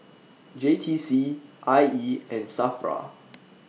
J T C I E and SAFRA